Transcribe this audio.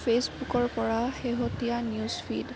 ফেইচবুকৰ পৰা শেহতীয়া নিউজফিড